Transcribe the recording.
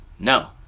No